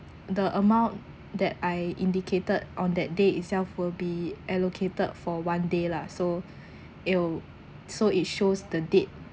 the amount that I indicated on that day itself will be allocated for one day lah so it'll so it shows the date